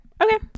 Okay